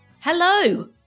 Hello